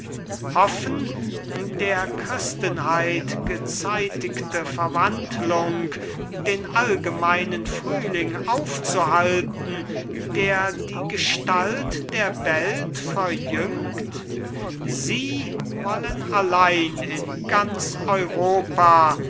hoffen der christenheit gezeitigte verwandlung den allgemeinen frühling aufzuhalten der die gestalt der welt verjüngt sie wollen allein in ganz europa